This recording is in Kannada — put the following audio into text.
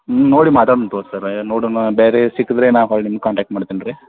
ನೋಡಿ ಮಾತಾಡೋಣ ತಗೊರಿ ಸರ್ ನೋಡೋಣ ಬೇರೆ ಸಿಕ್ಕಿದ್ರೆ ನಾ ಹೊಳ್ ನಿಮ್ಮ ಕಾಂಟ್ಯಾಕ್ಟ್ ಮಾಡ್ತೀನಿ ರೀ